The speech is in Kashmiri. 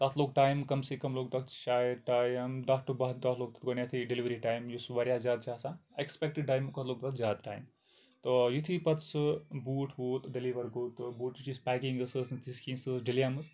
تَتھ لوٚگ ٹایم کَم سے کَم لوٚگ تَتھ شاید ٹایم دَہ ٹُہ بَاہہ دۄہ لوٚگ گۄڈٕنٮ۪تھٕے ڈیٚلِؤری ٹایم یُس واریاہ زیادٕ چھِ آسان اٮ۪کٕسپٮ۪کٹٕڑ ٹایمہٕ کھۄتہٕ لوٚگ تَتھ زیادٕ ٹایم تو یُتھٕے پَتہٕ سُہ بوٗٹ ووت ڈیٚلِوَر گوٚو تہٕ بوٗٹٕچ یۄس پیکِنٛگ ٲس سۄ ٲس نہٕ تِژھ کِہیٖنۍ سۄ ٲس ڈلیمٕژ